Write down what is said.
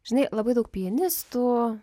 žinai labai daug pianistų